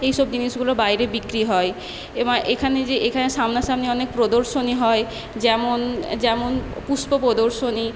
এইসব জিনিসগুলো বাইরে বিক্রি হয় এবং এখানে যে এখানে সামনা সামনি অনেক প্রদর্শনী হয় যেমন যেমন পুষ্প পোদর্শনী